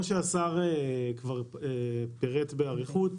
שהשר פירט באריכות,